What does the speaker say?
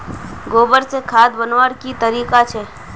गोबर से खाद बनवार की तरीका छे?